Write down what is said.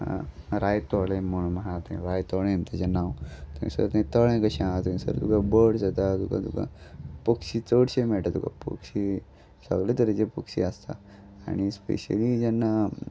रायतोळें म्हूण म्हाका थंय रायतोळें तेजें नांव थंयसर थंय तळें कशें आहा थंयसर तुका बर्डस येता तुका तुका पक्षी चडशे मेळटा तुका पक्षी सगळे तरेची पक्षी आसता आनी स्पेशली जेन्ना